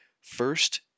First